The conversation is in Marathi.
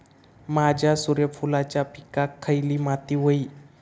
माझ्या सूर्यफुलाच्या पिकाक खयली माती व्हयी?